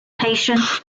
patient